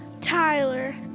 Tyler